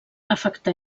afectà